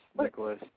Nicholas